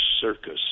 circus